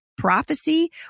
Prophecy